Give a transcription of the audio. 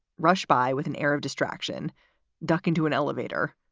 rushed by with an air of distraction duck into an elevator.